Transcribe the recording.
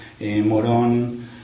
Morón